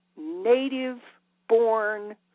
native-born